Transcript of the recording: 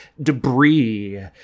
debris